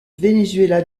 venezuela